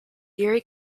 erie